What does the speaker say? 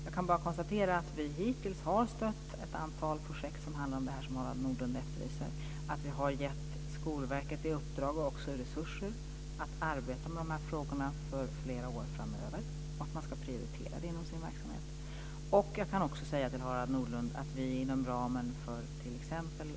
Jag kan bara konstatera att vi hittills har stött ett antal projekt som handlar om det som Harald Nordlund efterlyser, att vi har gett Skolverket i uppdrag och också resurser att arbeta med dessa frågor för flera år framöver, och man ska prioritera det i sin verksamhet. Jag kan också säga till Harald Nordlund att vi inom ramen för t.ex.